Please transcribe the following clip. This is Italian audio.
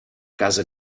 casa